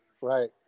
Right